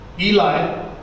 Eli